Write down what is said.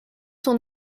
son